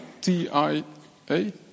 T-I-A